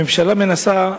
הממשלה מנסה,